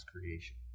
creation